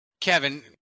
Kevin